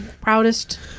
proudest